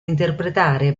interpretare